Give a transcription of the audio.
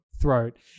throat